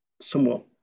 somewhat